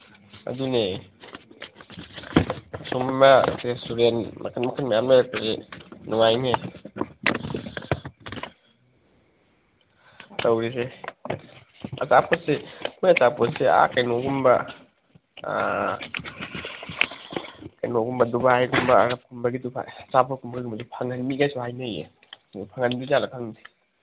ꯑꯗꯨꯅꯦ ꯁꯨꯝꯕ ꯔꯦꯁꯇꯨꯔꯦꯟ ꯃꯈꯟ ꯃꯈꯟ ꯃꯌꯥꯝ ꯂꯩꯔꯛꯄꯁꯤ ꯅꯨꯡꯉꯥꯏꯅꯦ ꯇꯧꯔꯤꯁꯦ ꯑꯆꯥꯄꯣꯠꯁꯤ ꯃꯣꯏ ꯑꯆꯥꯄꯣꯠꯁꯤ ꯑꯥ ꯀꯩꯅꯣꯒꯨꯝꯕ ꯗꯨꯕꯥꯏꯒꯨꯝꯕ ꯑꯔꯞꯀꯨꯝꯕꯒꯤ ꯗꯨꯕꯥꯏ ꯑꯆꯥꯄꯣꯠꯀꯨꯝꯕꯗꯨꯁꯨ ꯐꯪꯍꯟꯅꯤ ꯀꯥꯏꯁꯨ ꯍꯥꯏꯅꯩꯌꯦ ꯐꯪꯍꯟꯗꯣꯏꯖꯥꯠꯂ ꯈꯪꯗꯦ